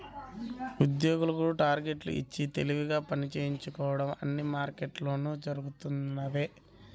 ఉద్యోగులకు టార్గెట్లు ఇచ్చి తెలివిగా పని చేయించుకోవడం అన్ని మార్కెట్లలోనూ జరుగుతున్నదే